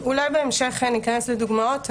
אולי בהמשך ניכנס לדוגמאות.